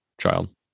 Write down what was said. child